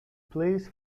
plays